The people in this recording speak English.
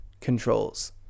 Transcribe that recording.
controls